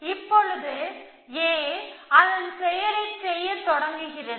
இப்பொழுது A அதன் செயலைச் செய்யத் தொடங்குகிறது